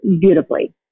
beautifully